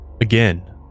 again